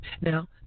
Now